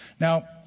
Now